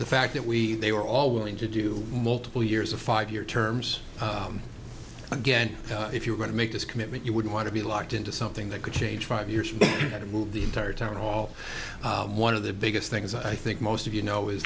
the fact that we they were all willing to do multiple years of five year terms again if you're going to make this commitment you would want to be locked into something that could change five years and move the entire town hall one of the biggest things i think most of you know is